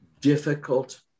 difficult